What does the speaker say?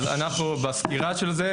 אנחנו בסקירה של זה,